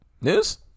News